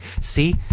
See